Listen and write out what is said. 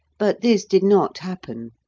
but this did not happen.